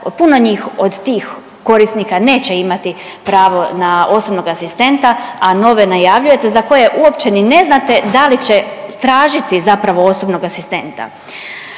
puno njih od tih korisnika neće imati pravo na osobnog asistenta, a nove najavljujete za koje uopće ni ne znate da li tražiti zapravo osobnog asistenta.